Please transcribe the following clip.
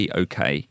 okay